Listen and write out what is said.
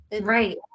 Right